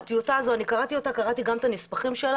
אם כן, קראתי את הטיוטה ואת הנספחים שלה.